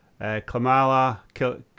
Klamala